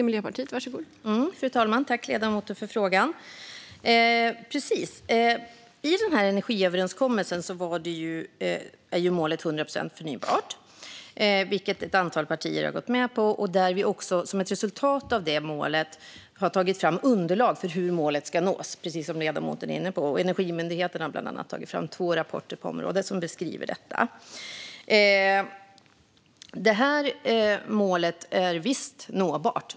Fru talman! I energiöverenskommelsen är målet 100 procent förnybart, vilket ett antal partier har gått med på. Som ett resultat av det målet har man tagit fram underlag för hur målet ska nås, precis som ledamoten var inne på. Energimyndigheten har bland annat tagit fram två rapporter på området, som beskriver detta. Målet är visst nåbart.